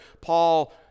Paul